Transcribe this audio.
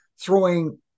throwing